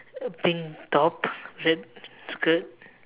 a pink top red skirt